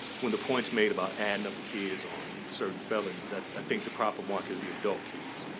when the point's made about adding up the kids on certain felonies, i think the proper mark is the adult kids.